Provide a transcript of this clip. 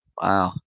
wow